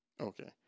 okay